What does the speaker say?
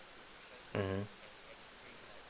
mmhmm